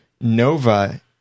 Nova